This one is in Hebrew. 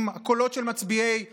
עם הקולות של מצביעי מרצ,